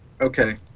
Okay